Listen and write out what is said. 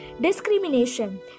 discrimination